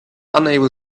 unable